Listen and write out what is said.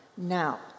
Now